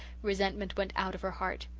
resentment went out of her heart.